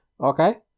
Okay